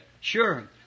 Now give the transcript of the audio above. Sure